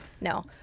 No